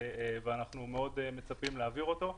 ואנחנו מאוד מצפים להעביר אותו.